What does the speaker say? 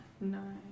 Nine